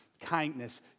kindness